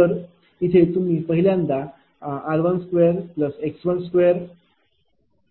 तर इथे तुम्ही पहिल्यांदा r21x21